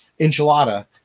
enchilada